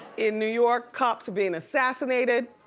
in new york, cops are being assassinated.